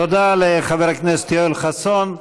תודה לחבר הכנסת יואל חסון.